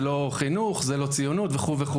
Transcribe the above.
זה לא חינוך; זו לא ציונות", וכו'.